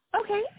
Okay